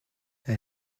elle